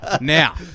Now